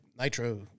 nitro